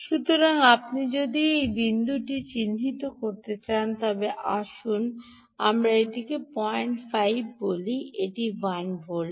সুতরাং আপনি যদি সেই বিন্দুটি চিহ্নিত করতে চান তবে আসুন আমরা এটি 05 বলি এটি 1 ভোল্ট